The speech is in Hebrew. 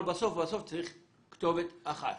אבל בסוף צריכה להיות כתובת אחת.